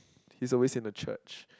he's always in the church